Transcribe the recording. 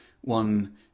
one